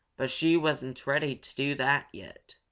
but she wasn't ready to do that yet.